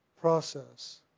process